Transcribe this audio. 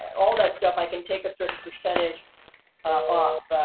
all that stuff, i can take a certain percentage ah